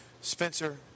Spencer